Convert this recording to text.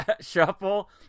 Shuffle